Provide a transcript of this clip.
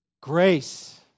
Grace